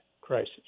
crisis